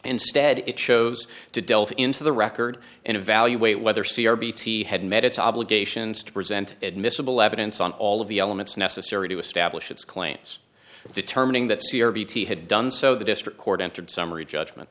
instead it chose to delve into the record and evaluate whether c r b t had met its obligations to present admissible evidence on all of the elements necessary to establish its claims of determining that c or bt had done so the district court entered summary judgment